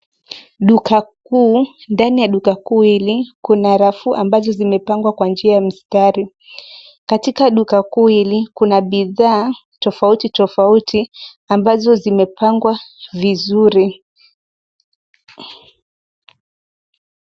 Duka kuu, ndani ya duka kuu hili, kuna rafu ambazo zimepangwa kwa njia ya mistari. Katika duka kuu hili, kuna bidhaa tofauti tofauti, ambazo zimepangwa vizuri.